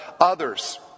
others